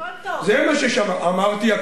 זה מה ששמעת.